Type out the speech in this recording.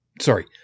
Sorry